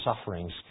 sufferings